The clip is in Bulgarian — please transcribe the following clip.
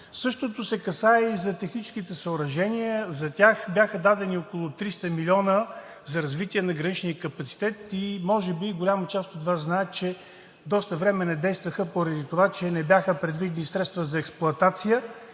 Същото се касае и за техническите съоръжения. За тях бяха дадени около 300 милиона за развитие на граничния капацитет и може би голяма част от Вас знаят, че доста време не действаха поради това, че не бяха предвидени средства за експлоатация